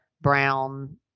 brown